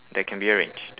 that can be arranged